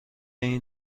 این